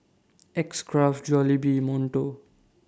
X Craft Jollibee Monto